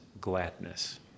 gladness